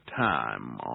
time